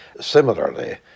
Similarly